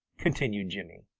continued jimmy.